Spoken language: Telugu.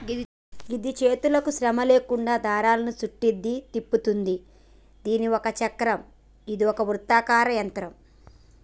గిది చేతులకు శ్రమ లేకుండా దారాన్ని సుట్టుద్ది, తిప్పుతుంది దీని ఒక చక్రం ఇదొక వృత్తాకార యంత్రం